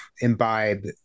imbibe